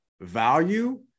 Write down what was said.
value